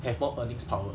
have more earnings power